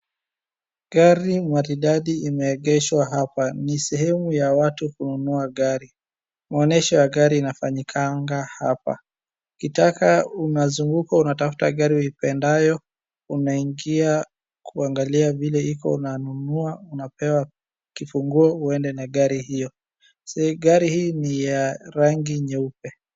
Gari maridadi imeegeshwa hapa. Ni sehemu ya watu kununua gari. Maonesho ya gari inafanyikanga hapa. Ukitaka unazunguka unatafuta gari uipendayo, unaingia kuangalia vile iko, unanunua, unapewa kifunguo uende na gari hiyo. Gari hii ni ya rangi nyeupe.